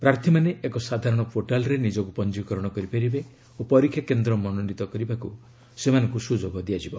ପ୍ରାର୍ଥୀମାନେ ଏକ ସାଧାରଣ ପୋର୍ଟାଲ୍ରେ ନିଜକୁ ପଞ୍ଜିକରଣ କରିପାରିବେ ଓ ପରୀକ୍ଷା କେନ୍ଦ୍ର ମନୋନୀତ କରିବାକୁ ସେମାନଙ୍କୁ ସୁଯୋଗ ଦିଆଯିବ